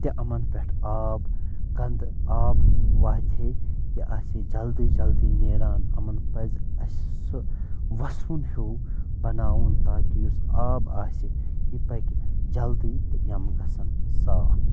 تہِ یِمن پٮ۪ٹھ آب گنٛدٕ آب واتہِ ہے یہِ آسہِ ہے جلدی جلدی نیٚران یِمن پزِ اسہِ سۄ وسٕوُن ہیٛوٗ بناوُن تاکہِ یُس آب آسہِ یہِ پکہِ جلدی تہٕ یم گژھن صاف